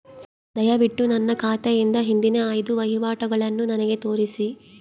ದಯವಿಟ್ಟು ನನ್ನ ಖಾತೆಯಿಂದ ಹಿಂದಿನ ಐದು ವಹಿವಾಟುಗಳನ್ನು ನನಗೆ ತೋರಿಸಿ